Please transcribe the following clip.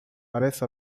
parece